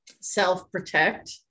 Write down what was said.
self-protect